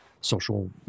social